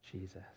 Jesus